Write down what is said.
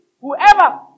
whoever